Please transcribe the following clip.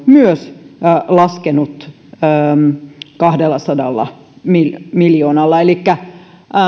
myös radanpitoon laskenut kahdellasadalla miljoonalla elikkä